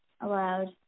allowed